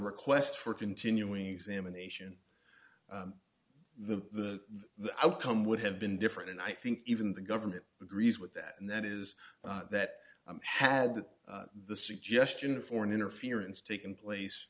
request for continuing examination the outcome would have been different and i think even the government agrees with that and that is that had the suggestion of foreign interference taken place